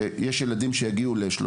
כיוון שיש ילדים שיגיעו ליומיים,